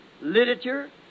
literature